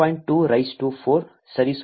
8 ಕ್ಕೆ ಸಮಾನವಾಗಿರುತ್ತದೆ